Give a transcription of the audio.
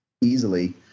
easily